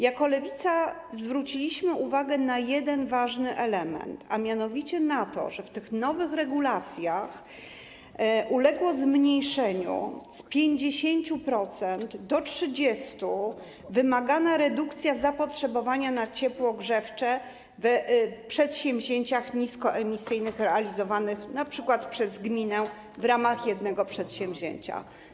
Jako Lewica zwróciliśmy uwagę na jeden ważny element, a mianowicie na to, że w tych nowych regulacjach uległa zmniejszeniu z 50% do 30% wymagana redukcja zapotrzebowania na ciepło grzewcze w przedsięwzięciach niskoemisyjnych realizowanych np. przez gminę w ramach jednego przedsięwzięcia.